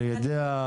על ידי,